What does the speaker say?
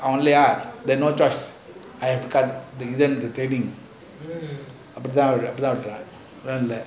only ah then no choice haircut அப்பிடி தான் பைடி தான் வேட்டுவன்:apidi thaan paidi thaan vettuvan